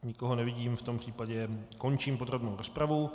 Nikoho nevidím, v tom případě končím podrobnou rozpravu.